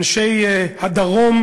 אנשי הדרום,